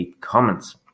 comments